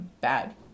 bad